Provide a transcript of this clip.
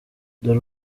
dore